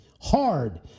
hard